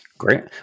Great